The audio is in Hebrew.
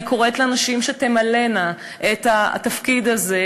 אני קוראת לנשים שתמלאנה את התפקיד הזה.